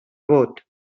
vot